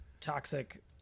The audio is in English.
toxic